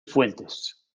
fuentes